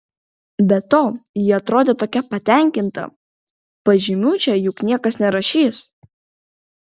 be to ji atrodo tokia patenkinta pažymių čia juk niekas nerašys